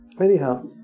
Anyhow